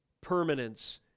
permanence